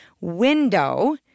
window